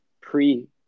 pre